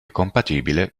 compatibile